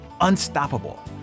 unstoppable